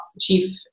chief